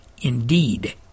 Indeed